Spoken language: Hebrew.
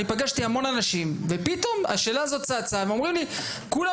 אני פגשתי המון אנשים ופתאום השאלה הזו צצה ואומרים לי 'כולם